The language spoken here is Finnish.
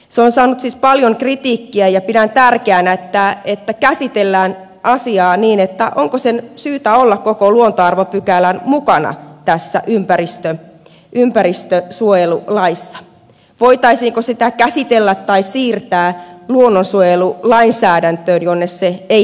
se on saanut siis paljon kritiikkiä ja pidän tärkeänä että käsitellään sitä asiaa onko koko luontoarvopykälän syytä olla mukana tässä ympäristönsuojelulaissa voitaisiinko se siirtää luonnonsuojelulainsäädäntöön jonne se eittämättä kuuluu